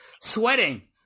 sweating